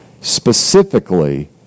Specifically